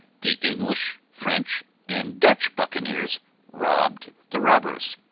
the english, french, and dutch buccaneers robbed the robbers.